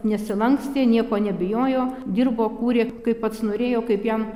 nesilankstė nieko nebijojo dirbo kūrė kaip pats norėjo kaip jam